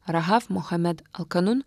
rahaf muchamed alkanun